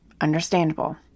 understandable